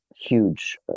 huge